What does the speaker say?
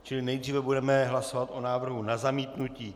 Čili nejdříve budeme hlasovat o návrhu na zamítnutí.